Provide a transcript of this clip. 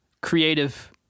creative